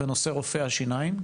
בנושא רופאי השיניים,